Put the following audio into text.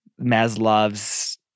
Maslow's